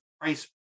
price